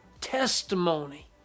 testimony